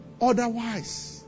Otherwise